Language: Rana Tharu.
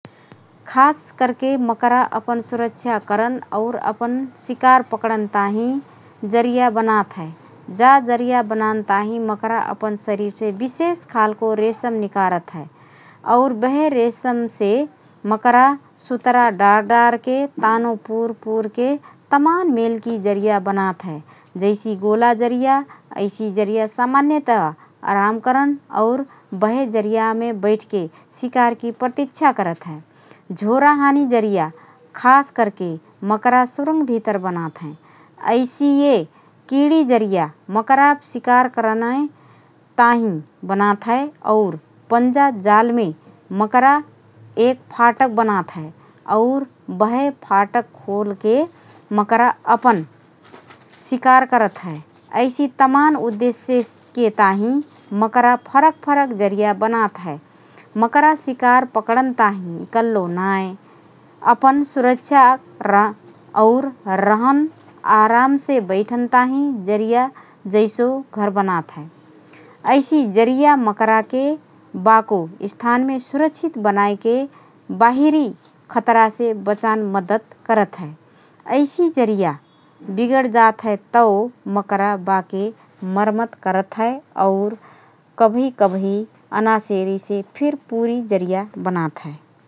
खास करके मकरा अपन सुरक्षा करन और अपन शिकार पकडन ताहिँ जरिया बनात हए । जा जरिया बनान ताहिँ मकरा अपन शरीरसे विशेष खालको रेशम निकरात हए और बेहे रेशमसे मकरा सुतरा डार डारके तानो पुर पुरके तमान मेलकी जरिया बनात हए । जैसि: गोला जरिया: ऐसि जरिया सामान्यत: आराम करन और बहे जरियामे बैठके शिकारकी प्रतिक्षा करत हए । झोरा हानी जरिया खास करके मकरा सुरुङ भितर बनात हएँ । ऐसिए किडी जरिया मकरा शिकार करनए ताहिँ बनात हए । और पञ्जा जालमे मकरा एक फाटक बनात हए और बहे फाटक खोलके मकरा अपन शिकार करत हए । ऐसि तमान उद्देश्यके ताहिँ मकरा फरक फरक जरिया बनात हए । मकरा शिकार पकडन ताहिँ इकल्लो नाएँ अपन सुरक्षा और रहन आरामसे बैठन ताहिँ जरिया जैसो घर बनात हए । ऐसि जरिया मकराके बाको स्थानमे सुरक्षित बनाएके बाहिरी खतरासे बचान मद्दत करत हए । ऐसि जरिया बिगडजात हएँ तओ मकरा बाके मर्मत करत हए और कबही कबही अनासेरिसे फिर पुरी जरिया बनात हए ।